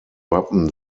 wappen